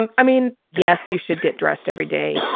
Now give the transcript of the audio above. and i mean, yes, you should get dressed every day.